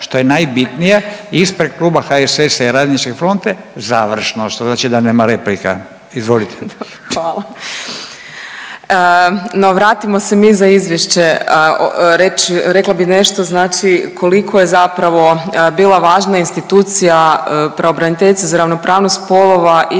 što je najbitnije ispred Kluba HSS-a i RF-a završno što znači da nema replika, izvolite/…. Hvala. No vratimo se mi za izvješće, rekla bi nešto znači koliko je zapravo bila važna institucija pravobraniteljice za ravnopravnost spolova i ovdje